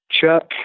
Chuck